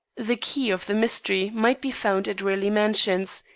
the key of the mystery might be found at raleigh mansions,